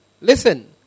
listen